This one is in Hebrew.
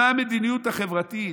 מהי המדיניות החברתית?